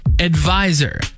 advisor